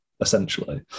essentially